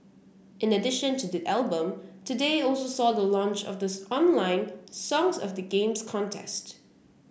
in addition to the album today also saw the launch of this online 'Songs of the Games' contest